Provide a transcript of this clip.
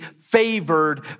favored